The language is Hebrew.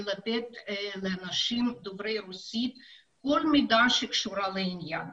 לתת לאנשים דוברי רוסית כל מידע שקשור לעניין.